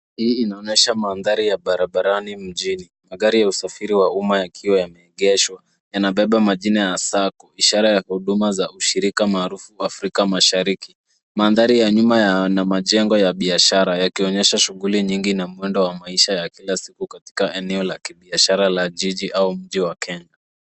Hii inaonyesha mandhari ya barabarani mjini. Magari ya usafiri wa umma yakiwa yameegeshwa, yanabeba majina ya sacco ishara ya huduma za ushirika maarufu afrika mashariki. Mandhari ya nyuma yana majengo ya biashara yakionyesha shughuli nyingi na mwendo wa maisha ya kila siku katika eneo la kibiashara la jiji au mji wa Kenya.